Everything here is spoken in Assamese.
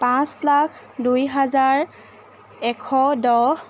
পাঁচ লাখ দুই হাজাৰ এশ দহ